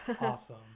Awesome